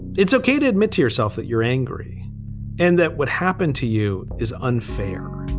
it's ok to admit to yourself that you're angry and that what happened to you is unfair.